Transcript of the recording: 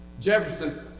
Jefferson